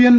N